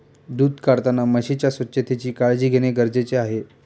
दूध काढताना म्हशीच्या स्वच्छतेची काळजी घेणे गरजेचे आहे